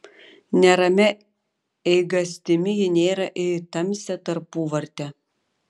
neramia eigastimi ji nėrė į tamsią tarpuvartę